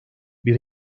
bir